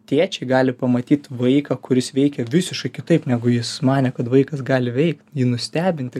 tėčiai gali pamatyt vaiką kuris veikia visiškai kitaip negu jis manė kad vaikas gali veikt jį nustebinti